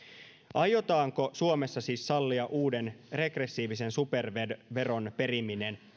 aiotaanko suomessa siis sallia uuden regressiivisen superveron periminen